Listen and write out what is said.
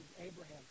Abraham